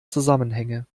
zusammenhänge